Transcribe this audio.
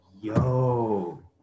yo